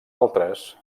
altres